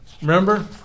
Remember